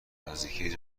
نزدیکی